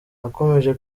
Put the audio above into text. nakomeje